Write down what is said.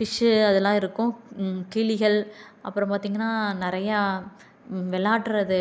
fish அதலாம் இருக்கும் கிளிகள் அப்புறம் பார்த்திங்ன்னா நிறையா விள்ளாடுறது